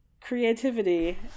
creativity